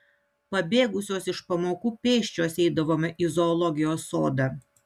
pabėgusios iš pamokų pėsčios eidavome į zoologijos sodą